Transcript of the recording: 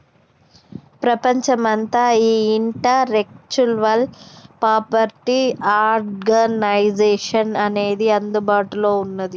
ప్రపంచమంతా ఈ intellectual property organization అనేది అందుబాటులో ఉన్నది